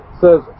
says